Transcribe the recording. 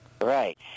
Right